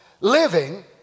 living